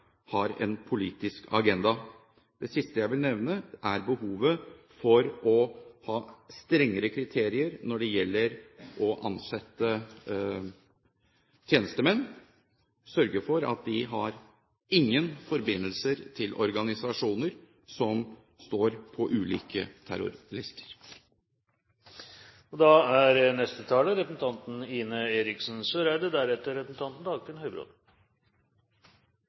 har en politisk agenda. Det siste jeg vil nevne, er behovet for å ha strengere kriterier når det gjelder å ansette tjenestemenn og sørge for at de ikke har forbindelser til organisasjoner som står på ulike